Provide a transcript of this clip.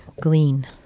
glean